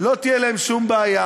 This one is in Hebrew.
לא תהיה להם שום בעיה,